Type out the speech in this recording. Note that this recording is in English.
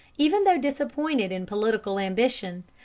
even though disappointed in political ambition,